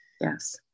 yes